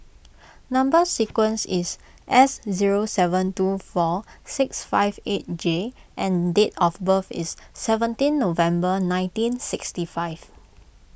Number Sequence is S zero seven two four six five eight J and date of birth is seventeen November nineteen sixty five